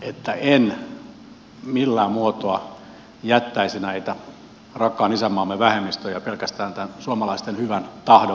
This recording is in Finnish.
että en millään muotoa jättäisi näitä rakkaan isänmaamme vähemmistöjä pelkästään tämän suomalaisten hyvän tahdon varaan